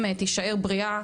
באיראן.